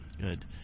Good